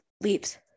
leaves